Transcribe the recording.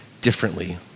differently